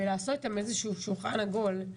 לקיים אתם שולחן עגול,